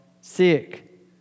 sick